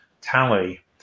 tally